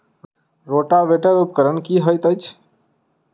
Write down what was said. Rotavator उपकरण की हएत अछि?